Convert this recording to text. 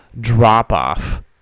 drop-off